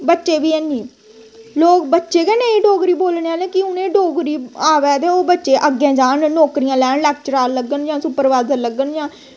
बच्चें बी ऐनी लोग बच्चे गै निं डोगरी बोलने आह्ले कि उ'नें आ'वै ते ओह् बच्चे अग्गें जाह्न नौकरियां लैन लैक्चरार लग्गन जां सुपरबाजर लग्गन जां